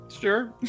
Sure